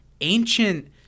ancient